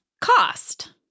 cost